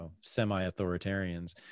semi-authoritarians